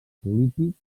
polític